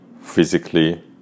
physically